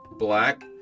Black